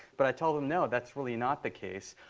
but i told them, no. that's really not the case.